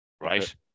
right